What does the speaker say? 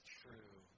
true